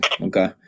Okay